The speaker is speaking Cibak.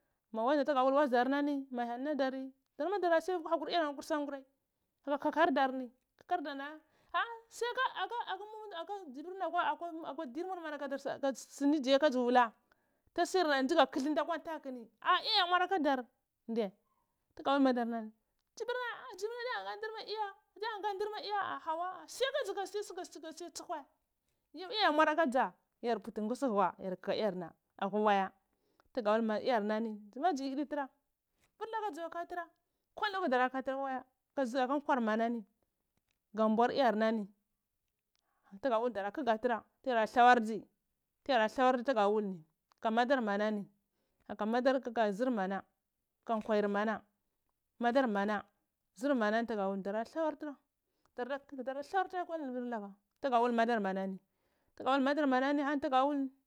Ma waza tuga wal ni ma hyel na ɗa ri ɗar ma darasiya kakwir iyar nheh atewi sangurai ka ka kaharɗarni kakardar siya ka dza dzi yai dzi ndi akwa dir yar yre dziye ka dzi wula tusu tugo kuba kwan takuni a iya ya muara kodar ndiye tuga wul madarna ni ndiza dza ndiya ngandir mai iya ah hauwa siya ka dzi suka tsuhua. Yo iya muara kaɗaza dur putu ngwuisi aka iyamayari akwa waya tuga wul ma iyar n ani dzima ɗzi yidi tura tuga wal ni vur la ha ɗora katura leulum ɗzakwa waya aka kwama n ani gambor iyar nani tugo wul dana koga tiyar hyara ɗlawarɗzi tiyara ɗlawar ɗzi tuga wul nhi kaka madar manani kaka madar kaka zurmanani nkaka nkwwargmana madarmana zur manani ɗara ɗɗlawar ɗura hi ko wani vur laka buga ɗa wul modar monani tuga ɗa wul maɗar manani tugaɗa mani.